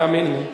תאמין לי.